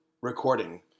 recording